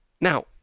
Now